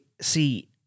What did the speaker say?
see